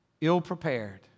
ill-prepared